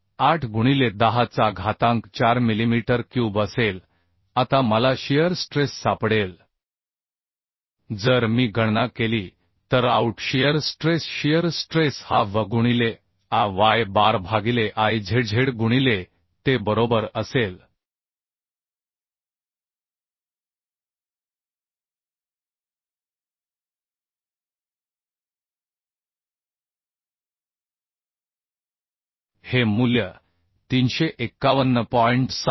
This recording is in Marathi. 68 गुणिले 10 चा घातांक 4 मिलीमीटर क्यूब असेल आता मला शियर स्ट्रेस सापडेल जर मी गणना केली तर out shear stress shear stress हा V गुणिले Ay बार भागिले Izz गुणिले te बरोबर असेल हे मूल्य 351